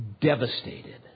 devastated